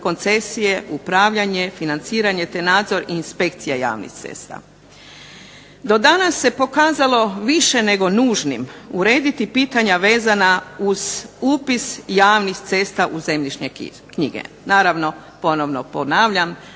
koncesije, upravljanje, financiranje, te nadzor i inspekcija javnih cesta. Do danas se pokazalo više nego nužnim urediti pitanja vezana uz upis javnih cesta u zemljišne knjige, naravno ponovno ponavljam